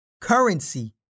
Currency